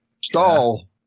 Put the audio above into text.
stall